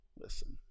listen